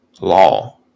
...law